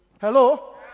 Hello